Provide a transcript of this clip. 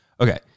Okay